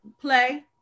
Play